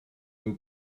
nhw